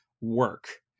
work